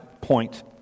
point